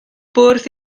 bwrdd